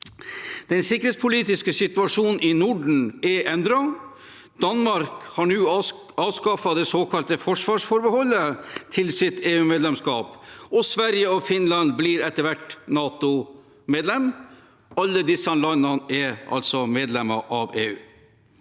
Den sikkerhetspolitiske situasjonen i Norden er endret. Danmark har nå avskaffet det såkalte «forsvarsforbeholdet» til sitt EUmedlemskap, og Sverige og Finland blir etter hvert NATO-medlemmer. Alle disse landene er altså medlemmer av EU.